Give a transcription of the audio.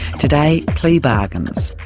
today, plea bargains,